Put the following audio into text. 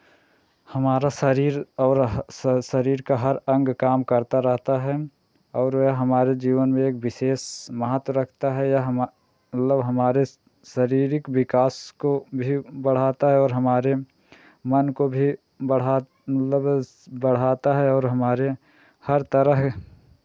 हमारा शरीर और ह शरीर का हर अंग काम करता रहता है और यह हमारे जीवन में एक विशेष महत्व रखता है यह हमा मतलब हमारे शारीरिक विकास को भी बढ़ाता है और हमारे मन को भी बढ़ा मतलब बढ़ाता है और हमारे हर तरह